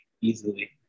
easily